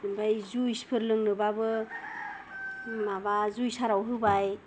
ओमफ्राय जुइस फोर लोंनोबाबो माबा जुइसाराव होबाय